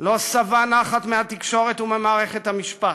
לא שבע נחת מהתקשורת וממערכת המשפט.